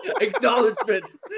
acknowledgement